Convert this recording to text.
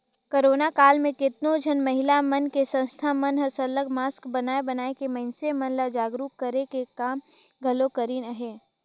corona काल म केतनो झन महिला मन के संस्था मन हर सरलग मास्क बनाए बनाए के मइनसे मन ल जागरूक करे कर काम घलो करिन अहें